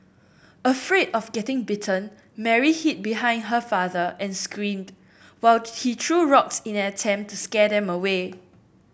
afraid of getting bitten Mary hid behind her father and screamed while he threw rocks in an attempt to scare them away